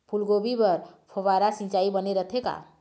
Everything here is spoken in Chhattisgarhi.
फूलगोभी बर फव्वारा सिचाई बने रथे का?